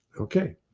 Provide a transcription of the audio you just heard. okay